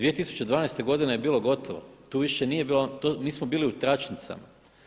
2012. godine je bilo gotovo tu više nije bilo, mi smo bili u tračnicama.